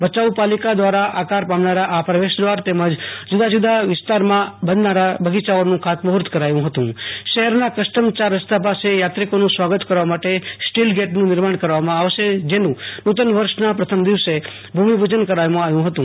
ભયાઉ પાલિકા દ્રારા આકાર પામનારા આ પ્રવેશ દ્રાર તેમજ જુદા જુદા વિસ્તારમાં બનનારા બગીયાનું ખાત મુ હત કરાયુ હતું શહેરના કસ્ટમ ચાર રસ્તા પાસે યાત્રિકોનું સ્વાગત કરવા મપ્ટે સ્ટીલ ગેટનું નિર્માણ કરવામાં આવશે જેનું નુ તન વર્ષના પ્રથમ દિવસે ભુમિપુજન કરાક્રુતું